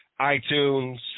iTunes